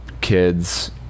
kids